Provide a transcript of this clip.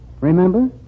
Remember